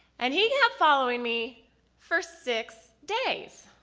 and he kept following me for six days.